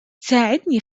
ساعدني